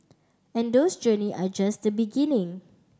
and those journey are just beginning